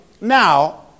now